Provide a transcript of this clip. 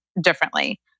differently